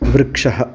वृक्षः